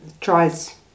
tries